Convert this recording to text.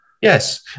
Yes